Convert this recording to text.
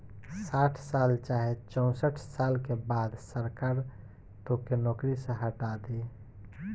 साठ साल चाहे चौसठ साल के बाद सरकार तोके नौकरी से हटा दी